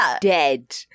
dead